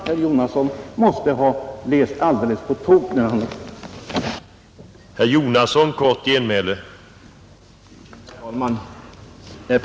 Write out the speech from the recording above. Herr Jonasson måste ha läst alldeles på tok när han sett på materialet i denna fråga.